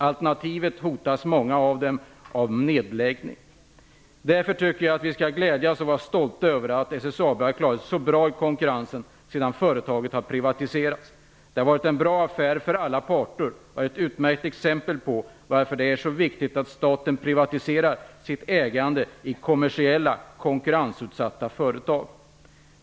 Alternativt hotas många av dem av nedläggning. Därför tycker jag att vi skall glädjas åt och vara stolta över att SSAB har klarat sig så bra i konkurrensen sedan företaget har privatiserats. Det har varit en bra affär för alla parter, och det är ett utmärkt exempel på varför det är så viktigt att staten privatiserar sitt ägande i kommersiella, konkurrensutsatta företag.